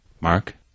Mark